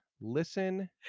listen